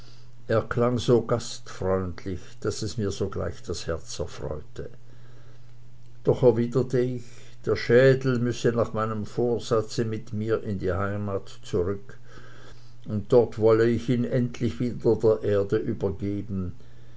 erklang so gastfreundlich daß es mir sogleich das herz erfreute doch erwiderte ich der schädel müsse nach meinem vorsatze mit mir in die heimat zurück und dort wolle ich ihn endlich wieder der erde übergeben